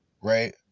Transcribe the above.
right